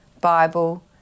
Bible